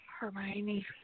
Hermione